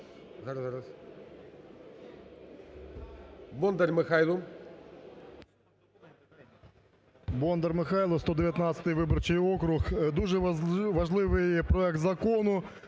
Бондар Михайло, 119 виборчий округ. Дуже важливий проект закону.